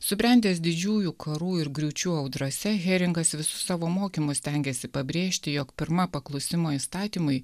subrendęs didžiųjų karų ir griūčių audrose heringas visus savo mokymus stengėsi pabrėžti jog pirma paklusimo įstatymui